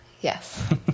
Yes